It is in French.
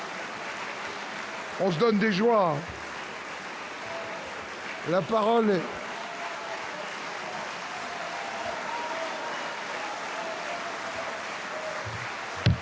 On se donne des joies ! La parole est